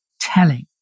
telling